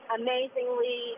amazingly